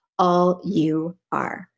allyouare